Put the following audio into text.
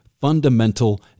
fundamental